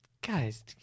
Guys